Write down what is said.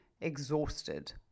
exhausted